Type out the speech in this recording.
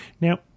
Now